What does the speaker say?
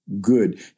good